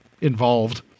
involved